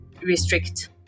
restrict